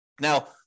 Now